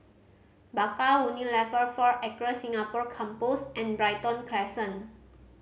Bakau Unilever Four Acres Singapore Campus and Brighton Crescent